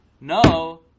No